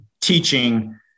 teaching